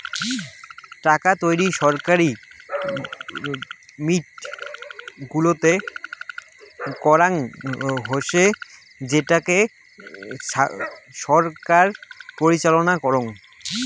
টাকা তৈরী ছরকারি মিন্ট গুলাতে করাঙ হসে যেটাকে ছরকার পরিচালনা করাং